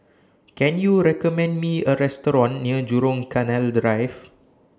Can YOU recommend Me A Restaurant near Jurong Canal Drive